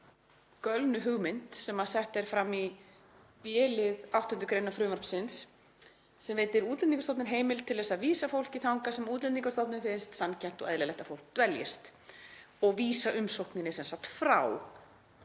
gölnu hugmynd sem sett er fram í b-lið 8. gr. frumvarpsins sem veitir Útlendingastofnun heimild til að vísa fólki þangað sem Útlendingastofnun finnst sanngjarnt og eðlilegt að fólk dveljist og vísa umsókninni sem sagt frá.